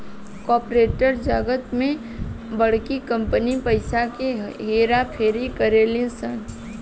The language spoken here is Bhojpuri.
कॉर्पोरेट जगत में बड़की कंपनी पइसा के हेर फेर करेली सन